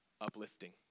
uplifting